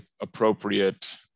appropriate